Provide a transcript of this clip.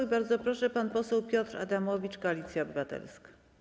I bardzo proszę, pan poseł Piotr Adamowicz, Koalicja Obywatelska.